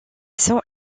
sans